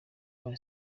one